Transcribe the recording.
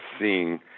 seeing